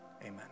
Amen